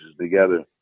together